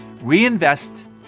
reinvest